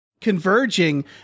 converging